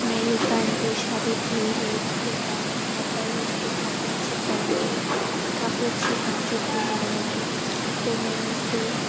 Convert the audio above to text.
میری فرینڈ کی شادی تھی ایک بار مطلب وہ میری کافی اچھی فرینڈ تھی کافی اچھی فرینڈ شپ تھی ہم دونوں کی تو میں اس کے